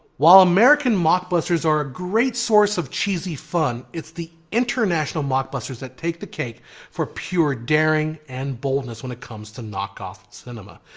while american mockbusters a ah great source of cheesy fun, it's the international mockbusters that take the cake for pure daring and boldness when it comes to knock-off cinema.